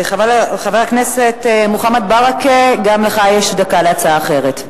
חבר הכנסת ברכה, גם לך יש דקה להצעה אחרת.